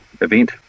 event